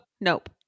Nope